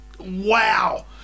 Wow